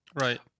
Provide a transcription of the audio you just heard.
Right